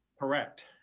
Correct